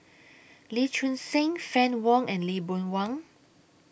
Lee Choon Seng Fann Wong and Lee Boon Wang